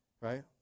Right